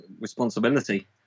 responsibility